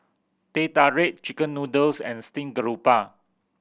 Teh Tarik chicken noodles and steamed garoupa